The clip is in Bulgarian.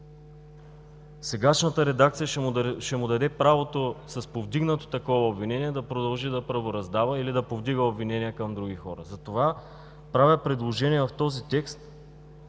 Сегашната редакция ще му даде правото с повдигнато такова обвинение да продължи да правораздава или да повдига обвинения към други хора. Затова правя предложение в този текст